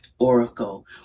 Oracle